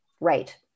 right